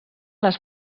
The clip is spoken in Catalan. les